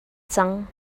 cang